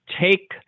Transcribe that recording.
take